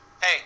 hey